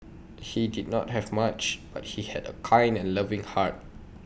he did not have much but he had A kind and loving heart